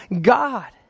God